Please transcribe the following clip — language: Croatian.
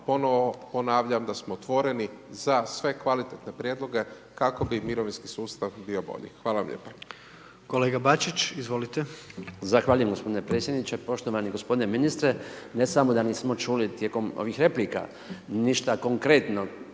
ponovno ponavljam, da smo otvoreni za sve kvalitetne prijedloge, kako bi mirovinski sustav bio bolji. Hvala lijepo. **Jandroković, Gordan (HDZ)** Kolega Bačić, izvolite. **Bačić, Branko (HDZ)** Zahvaljujem gospodine predsjedniče, poštovani gospodine ministre. Ne samo da nismo čuli tijekom ovih replika ništa konkretno